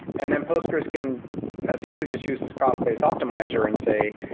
and then postgres can essentially just use this cost-based optimizer and say,